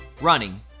Running